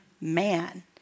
man